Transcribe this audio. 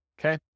Okay